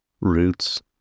roots